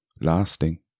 lasting